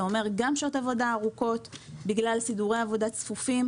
זה אומר גם שעות עבודה ארוכות בגלל סידורי עבודה צפופים,